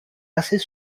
assez